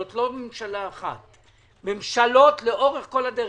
זה לא ממשלה אחת אלא ממשלות לאורך כל הדרך.